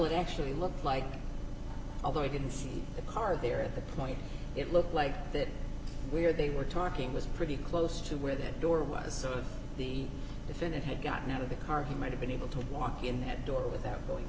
it actually looks like although i didn't see the car there at the point it looked like that where they were talking it was pretty close to where that door was so if the if it had gotten out of the car he might have been able to walk in that door without going